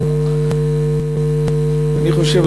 אני חושב,